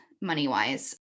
money-wise